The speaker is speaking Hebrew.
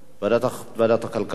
ועדת הכלכלה.